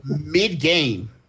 mid-game